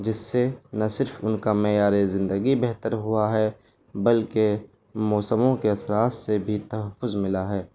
جس سے نہ صرف ان کا معیار زندگی بہتر ہوا ہے بلکہ موسموں کے اثرات سے بھی تحفظ ملا ہے